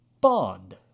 Bond